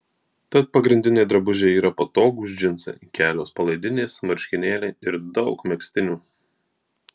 tad pagrindiniai drabužiai yra patogūs džinsai kelios palaidinės marškinėliai ir daug megztinių